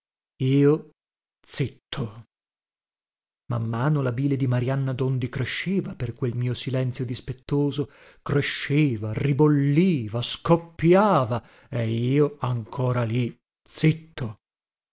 io zitto man mano la bile di marianna dondi cresceva per quel mio silenzio dispettoso cresceva ribolliva scoppiava e io ancora lì zitto